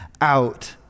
out